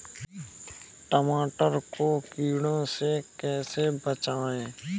टमाटर को कीड़ों से कैसे बचाएँ?